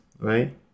right